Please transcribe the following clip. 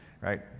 right